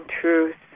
truth